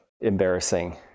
embarrassing